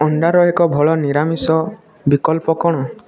ଅଣ୍ଡାର ଏକ ଭଲ ନିରାମିଷ ବିକଳ୍ପ କ'ଣ